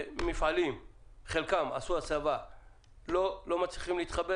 חלקם של המפעלים עשו הסבה ולא מצליחים להתחבר